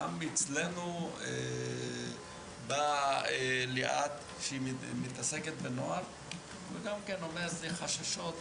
גם אצלנו באה ליאת שמתעסקת בנוער ואומרת שיש חששות.